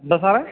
എന്താ സാറേ